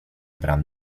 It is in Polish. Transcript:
bram